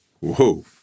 Whoa